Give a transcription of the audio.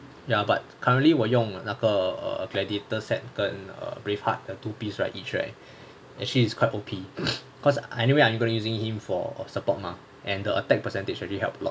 ya but currently 我用我那个 gladiator's set 跟 err brave heart the two piece right each right and she is quite O_P cause I anyway and I only using him for support mah and the attack percentage already help lor